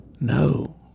No